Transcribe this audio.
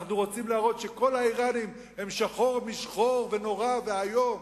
אנחנו רוצים להראות שכל האירנים הם שחור משחור ונורא ואיום.